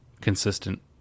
Consistent